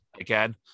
again